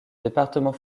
département